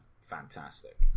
fantastic